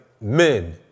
Men